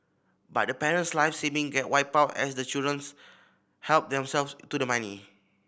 but the parent's life saving get wiped out as the children help themselves to the money